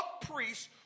priests